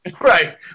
right